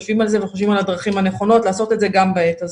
יושבים על זה וחושבים על הדרכים הנכונות לעשות את זה גם בעת הזו.